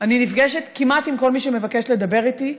אני נפגשת כמעט עם כל מי שמבקש לדבר איתי,